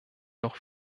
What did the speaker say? noch